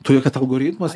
todėl kad algoritmas